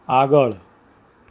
આગળ